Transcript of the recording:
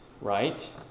right